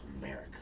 America